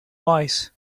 wise